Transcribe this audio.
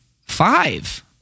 five